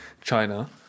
China